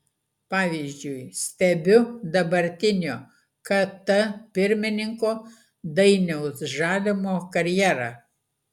pavyzdžiui stebiu dabartinio kt pirmininko dainiaus žalimo karjerą